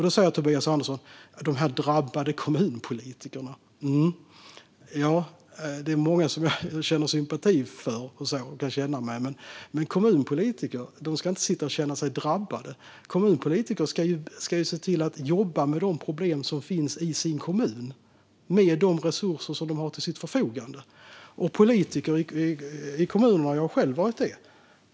Då talar Tobias Andersson om de drabbade kommunpolitikerna. Ja, det är många som jag känner sympati för och kan känna med. Men kommunpolitiker ska inte sitta och känna sig drabbade. Kommunpolitiker ska se till att jobba med de problem som finns i kommunen, med de resurser som de har till sitt förfogande. Jag har själv varit kommunpolitiker.